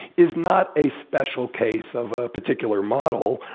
is not a special case of a particular model.